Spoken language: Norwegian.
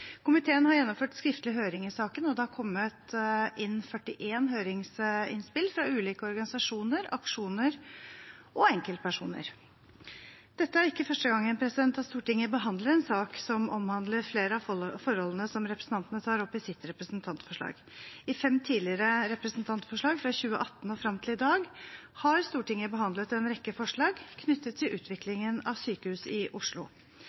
Komiteen har gjennomført skriftlig høring i saken, og det er kommet inn 41 høringsinnspill fra ulike organisasjoner, aksjoner og enkeltpersoner. Dette er ikke første gang Stortinget behandler en sak som omhandler flere av forholdene som representantene tar opp i sitt representantforslag. I fem tidligere representantforslag fra 2018 og frem til i dag har Stortinget behandlet en rekke forslag knyttet til utviklingen av sykehus i Oslo.